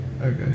Okay